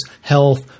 health